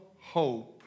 hope